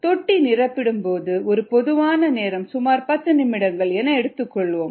தொட்டி நிரப்பப்படும் ஒரு பொதுவான நேரம் சுமார் 10 நிமிடங்கள் என எடுத்துக் கொள்வோம்